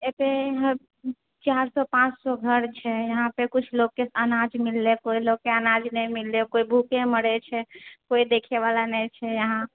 एतए चारि सए पाँच सए घर छै यहाँ पर किछु लोककेँ अनाज मिललै कोइ लोककेँ अनाज नहि मिललै कोइ भूखे मरैछै कोइ देखए बला नहि छै यहाँ